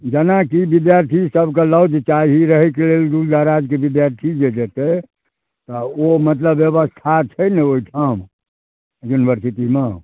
जेनाकि विद्यार्थी सभके लौज चाही रहैके लेल दूरदराजके विद्यार्थी जे जेतै ओ मतलब व्यवस्था छै ने ओहिठाम युनिवर्सिटीमे